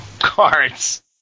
cards